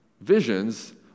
visions